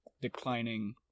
declining